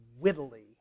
wittily